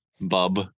bub